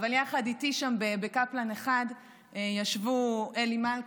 אבל יחד איתי ישבו שם בקפלן 1 אלי מלכה,